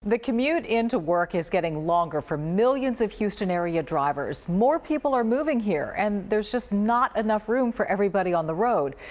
the commute into work is getting longer for millions of houston area drivers. more people are moving here and there is just not enough room for everybody on the road.